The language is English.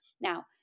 Now